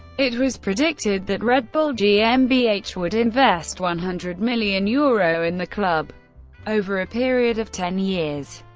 it was predicted that red bull gmbh would invest one hundred million euro in the club over a period of ten years,